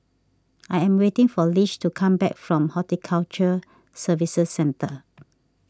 I am waiting for Lish to come back from Horticulture Services Centre